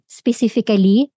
specifically